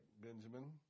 Benjamin